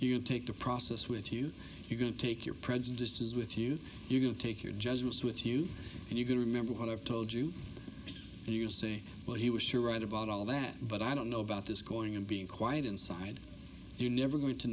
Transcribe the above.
you take the process with you you can take your prejudices with you you can take your judgments with you and you can remember what i've told you and you say well he was sure right about all that but i don't know about this going and being quiet inside you never going to